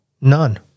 None